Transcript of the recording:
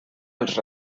els